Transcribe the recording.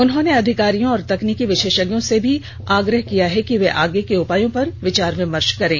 उन्होंने अधिकारियों और तकनीकी विशेषज्ञों से भी आग्रह किया कि वे आगे के उपायों पर विचार विमर्श करें